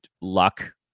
luck